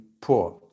poor